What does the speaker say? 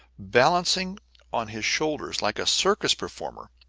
balancing on his shoulders like a circus performer,